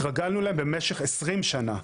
התרגלנו אליהם במשך 20 שנה.